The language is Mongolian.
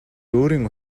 өөрийн